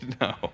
no